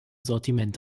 sortiment